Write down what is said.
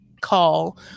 call